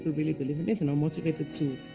really believe in it, and are motivated to,